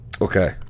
Okay